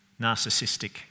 narcissistic